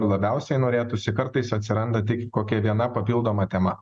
labiausiai norėtųsi kartais atsiranda tik kokia viena papildoma tema